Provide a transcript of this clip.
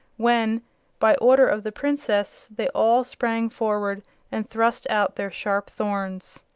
when by order of the princess they all sprang forward and thrust out their sharp thorns.